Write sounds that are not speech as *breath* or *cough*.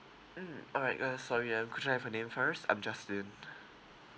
mm all right uh sorry um could I have your name first I'm justin *breath*